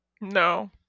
no